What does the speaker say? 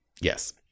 Yes